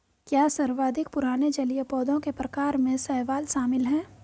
क्या सर्वाधिक पुराने जलीय पौधों के प्रकार में शैवाल शामिल है?